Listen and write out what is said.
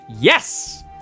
Yes